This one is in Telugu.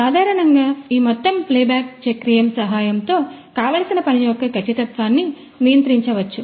సాధారణంగా ఈ మొత్తం ప్లే బ్యాక్ చక్రియం సహాయంతో కావలసిన పని యొక్క ఖచ్చితత్వాన్ని నియంత్రించవచ్చు